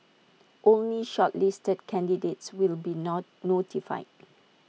only shortlisted candidates will be not notified